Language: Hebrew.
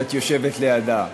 שאת יושבת לידה,